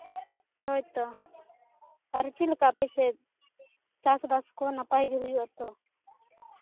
ᱦᱳᱭᱛᱚ ᱟᱨ ᱪᱮᱫ ᱞᱮᱠᱟ ᱟᱯᱮ ᱥᱮᱫ ᱪᱟᱥᱼᱵᱟᱥ ᱠᱚ ᱱᱟᱯᱟᱭ ᱜᱮ ᱦᱩᱭᱩᱜ ᱟᱛᱚ